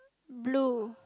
blue